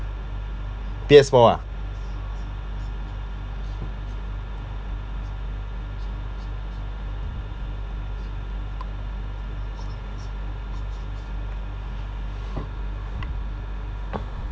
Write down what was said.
P_S four ah